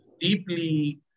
deeply